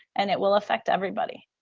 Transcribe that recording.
and it will affect everybody.